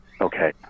Okay